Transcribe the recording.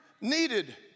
needed